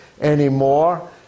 anymore